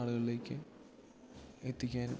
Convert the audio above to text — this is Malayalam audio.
ആളുകളിലേക്ക് എത്തിക്കുവാനും